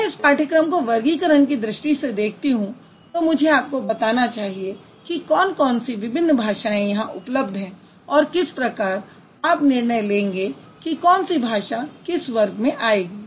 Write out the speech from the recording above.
जब मैं इस पाठ्यक्रम को वर्गीकरण की दृष्टि से देखती हूँ तो मुझे आपको बताना चाहिए कि कौन कौन सी विभिन्न भाषाएँ यहाँ उपलब्ध हैं और किस प्रकार आप निर्णय लेंगे कि कौन सी भाषा किस वर्ग में आएगी